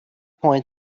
point